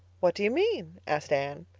what do you mean? asked anne.